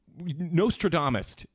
Nostradamus